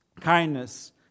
kindness